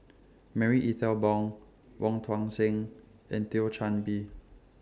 Marie Ethel Bong Wong Tuang Seng and Thio Chan Bee